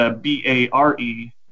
B-A-R-E